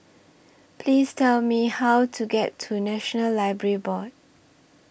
Please Tell Me How to get to National Library Board